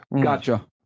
Gotcha